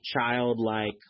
childlike